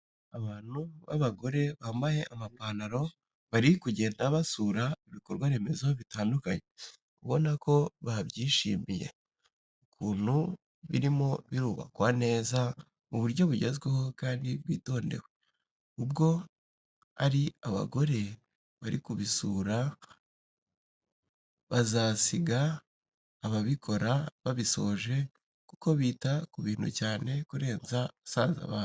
Abantu babagore bambaye amapantaro bari kugenda basura ibikorwaremezo bitandukanye ubona ko babyishimiye ukuntu birimo birubakwa neza mu buryo bugezweho kandi bwitondewe, ubwo ari aba bagore bari kubisura bazasiga ababikora babisoje kuko bita ku bintu cyane kurenza basaza babo.